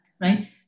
right